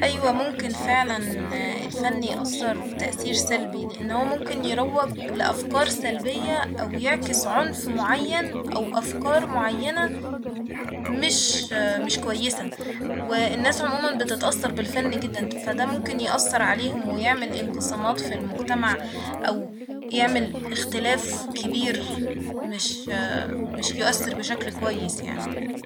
أيوه ممكن فعلا الفن يأثر تأثير سلبي ، لإن هو ممكن يروج لأفكار سلبية أو يعكس عنف معين أو أفكار معينة مش مش كويسة ، والناس عموما بتتأثر بالفن جدا ، فده ممكن يأثر عليهم ويعمل انقسامات ف المجتمع أو يعمل اختلاف كبير مش مش يؤثر بشكل كويس يعني